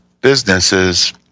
businesses